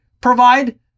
provide